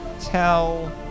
tell